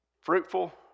fruitful